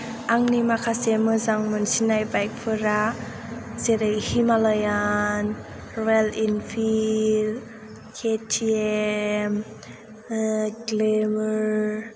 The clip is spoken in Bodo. आंनि माखासे मोजां मोनसिननाय बाइकफोरा जेरै Himalayan Royal Enfield K T M glamour